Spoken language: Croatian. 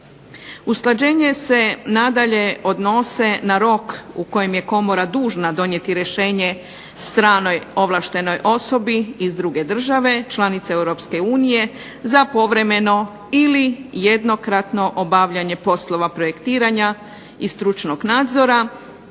Usklađenja se nadalje odnose na rok u kojem je komora dužna donijeti rješenje stranoj ovlaštenoj osobi iz druge države članice Europske unije za povremeno ili jednokratno obavljanje poslova projektiranja i stručnog nadzora,